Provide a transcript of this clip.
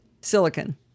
Silicon